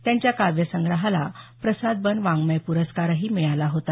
त्यांच्या या काव्यसंग्रहाला प्रसाद बन वाङमय पुरस्कार ही मिळाला होता